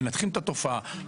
ומנתחים את התופעה.